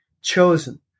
chosen